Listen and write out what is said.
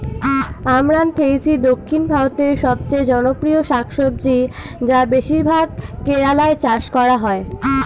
আমরান্থেইসি দক্ষিণ ভারতের সবচেয়ে জনপ্রিয় শাকসবজি যা বেশিরভাগ কেরালায় চাষ করা হয়